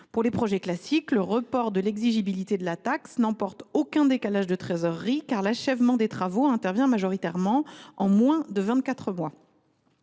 est des projets classiques, le report de l’exigibilité de la taxe n’emporte aucun décalage de trésorerie, car l’achèvement des travaux intervient majoritairement en moins de vingt